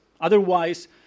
Otherwise